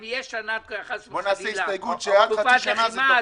אם תהיה תקופת לחימה של שנה,